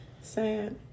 sad